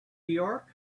york